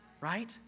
Right